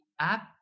app